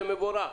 זה מבורך.